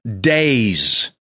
days